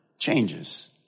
changes